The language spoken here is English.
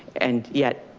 and yet,